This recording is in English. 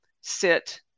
sit